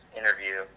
interview